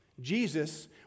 Jesus